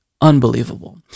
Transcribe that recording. unbelievable